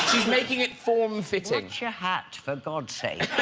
making it form-fitted your hat for god's sake